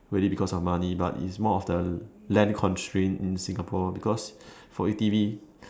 really because of money but is more of the land constraint in Singapore because for A_T_V